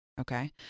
okay